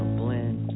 blend